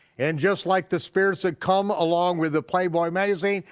and just like the spirits that come along with the playboy magazine,